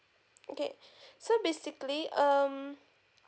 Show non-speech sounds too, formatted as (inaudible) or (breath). okay (breath) so basically um